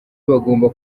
bagomba